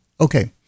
Okay